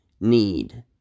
need